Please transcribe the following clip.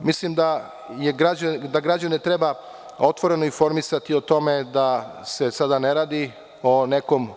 Mislim da građane treba otvoreno informisati o tome da se sada ne radi o nekom